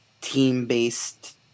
team-based